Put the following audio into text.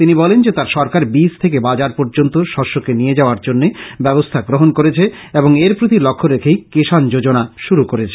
তিনি বলেন যে তার সরকার বীজ থেকে বাজার পর্যন্ত শষ্যকে নিয়ে যাওয়ার জন্য ব্যবস্থ্যা গ্রহণ করেছে এবং এর প্রতি লক্ষ্য রেখেই কিষান যোজনা শুরু করেছে